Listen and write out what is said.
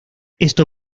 esto